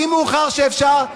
הכי מאוחר שאפשר,